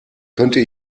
könnte